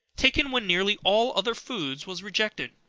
taken when nearly all other food was rejected